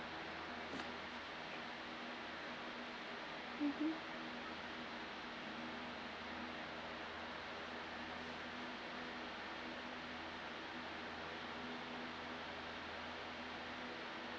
mmhmm